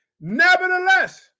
Nevertheless